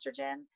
estrogen